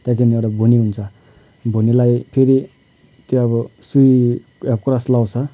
त्यहाँदेखिन् एउटा भुनी हुन्छ भुनीलाई फेरि त्यो अब सुई के अब क्रस लाउँछ